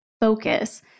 focus